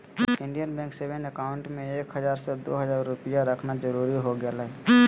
Indian bank saving account में एक हजार से दो हजार रुपया रखना जरूरी हो गेलय